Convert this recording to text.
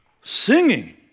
singing